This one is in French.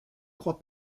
crois